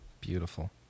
Beautiful